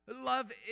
Love